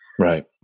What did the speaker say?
Right